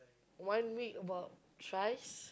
one week about thrice